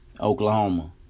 Oklahoma